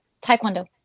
Taekwondo